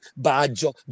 Baggio